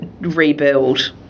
rebuild